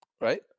Right